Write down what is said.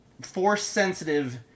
Force-sensitive